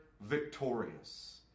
victorious